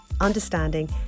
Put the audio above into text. understanding